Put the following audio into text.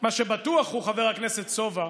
מה שבטוח הוא, חבר הכנסת סובה,